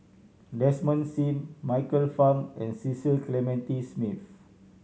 Desmond Sim Michael Fam and Cecil Clementi Smith